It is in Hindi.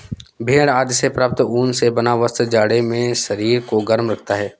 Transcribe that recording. भेड़ आदि से प्राप्त ऊन से बना वस्त्र जाड़े में शरीर को गर्म रखता है